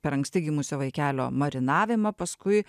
per anksti gimusio vaikelio marinavimą paskui